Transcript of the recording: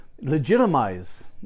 legitimize